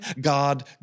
God